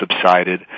subsided